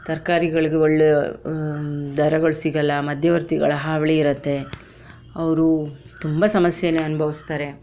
ತರ್ಕಾರಿಗಳಿಗೆ ಒಳ್ಳೆಯ ದರಗಳು ಸಿಗಲ್ಲ ಮಧ್ಯವರ್ತಿಗಳ ಹಾವಳಿ ಇರುತ್ತೆ ಅವರು ತುಂಬ ಸಮಸ್ಯೆಯನ್ನು ಅನ್ಭವ್ಸ್ತಾರೆ